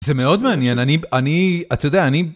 זה מאוד מעניין, אני, אני, אתה יודע, אני...